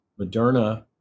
Moderna